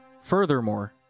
Furthermore